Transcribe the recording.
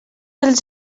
els